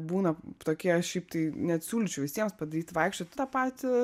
būna tokie šiaip tai net siūlyčiau visiems padaryt vaikščioti tą patį